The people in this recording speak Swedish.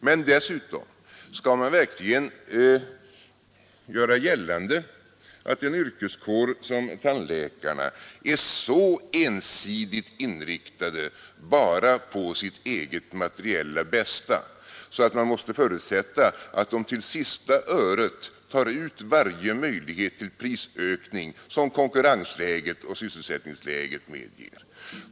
Men dessutom: Skall man verkligen göra gällande att en yrkeskår som tandläkarna är så ensidigt inriktad bara på sitt eget materiella bästa att man måste förutsätta att de till sista öret tar ut varje möjlighet till prisökning som konkurrensläget och sysselsättningsläget medger?